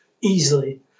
easily